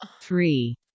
three